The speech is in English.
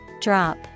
drop